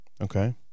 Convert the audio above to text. Okay